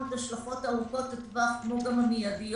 את ההשלכות ארוכות הטווח כמו גם המיידיות.